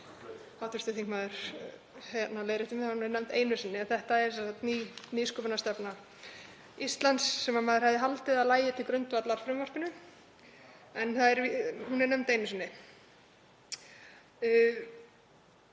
sagt ný nýsköpunarstefna Íslands sem maður hefði haldið að lægi til grundvallar frumvarpinu, en hún er nefnd einu sinni.